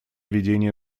ведения